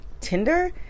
Tinder